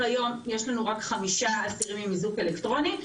כיום יש לנו רק חמישה אסירים עם איזוק אלקטרוני,